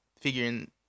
figuring